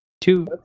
Two